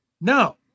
no